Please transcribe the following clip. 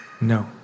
no